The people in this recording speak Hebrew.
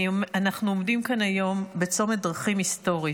אנחנו עומדים כאן היום בצומת דרכים היסטורית.